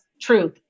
truth